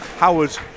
Howard